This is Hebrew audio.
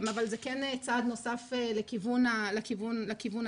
אבל זה כן צעד נוסף לכיוון הזה.